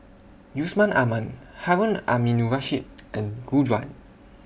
Yusman Aman Harun Aminurrashid and Gu Juan